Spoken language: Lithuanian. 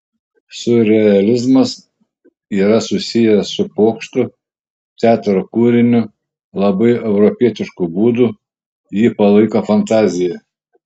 siurrealizmas yra susijęs su pokštu teatro kūriniu labai europietišku būdu jį palaiko fantazija